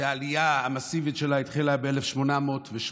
שהעלייה המסיבית שלה החלה ב-1808,